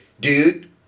Dude